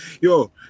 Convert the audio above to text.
Yo